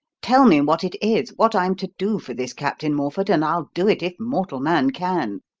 tell me what it is, what i'm to do for this captain morford, and i'll do it if mortal man can.